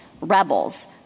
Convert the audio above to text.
rebels